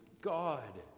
God